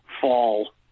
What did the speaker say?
fall